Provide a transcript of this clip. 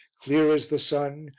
clear as the sun,